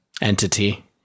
Entity